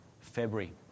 February